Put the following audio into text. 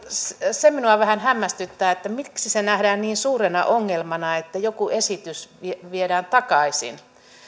se minua vähän hämmästyttää että miksi se nähdään niin suurena ongelmana että joku esitys viedään takaisin